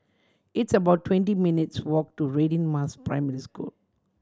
it's about twenty minutes' walk to Radin Mas Primary School